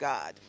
God